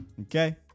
Okay